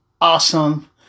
awesome